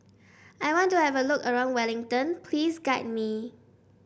I want to have a look around Wellington please guide me